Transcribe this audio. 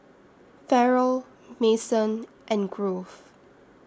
Ferrell Mason and Grove